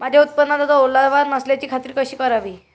माझ्या उत्पादनात ओलावा नसल्याची खात्री कशी करावी?